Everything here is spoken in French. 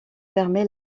permet